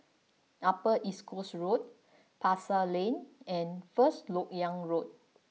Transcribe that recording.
Upper East Coast Road Pasar Lane and First Lok Yang Road